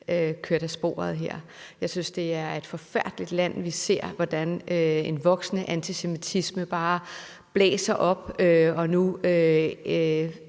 af sporet her. Jeg synes, det er et forfærdeligt land. Vi ser, hvordan en voksende antisemitisme bare blæser op og nu